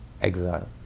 exile